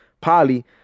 Polly